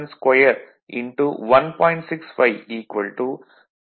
65 2076 watt ஆகும்